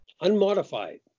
unmodified